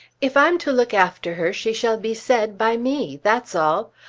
if i'm to look after her she shall be said by me that's all.